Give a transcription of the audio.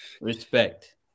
Respect